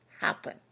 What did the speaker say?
happen